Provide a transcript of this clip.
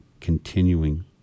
continuing